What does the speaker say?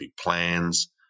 plans